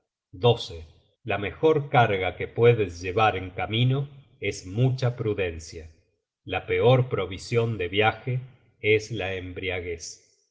necesario la mejor carga que puedes llevar en camino es mucha prudencia la peor provision de viaje es la embriaguez